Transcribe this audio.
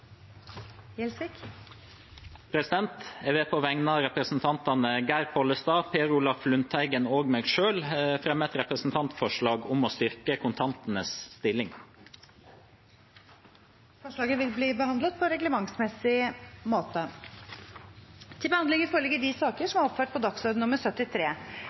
Gjelsvik vil fremsette et representantforslag. Jeg vil på vegne av representantene Geir Pollestad, Per Olaf Lundteigen og meg selv fremme et representantforslag om å styrke kontantenes stilling. Forslaget vil bli behandlet på reglementsmessig måte. Før sakene på dagens kart tas opp til behandling,